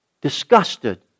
disgusted